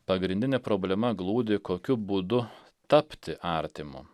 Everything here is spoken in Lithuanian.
pagrindinė problema glūdi kokiu būdu tapti artimu